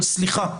אבל סליחה.